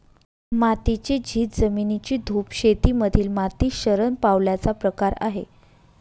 मातीची झीज, जमिनीची धूप शेती मधील माती शरण पावल्याचा प्रकार आहे